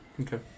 Okay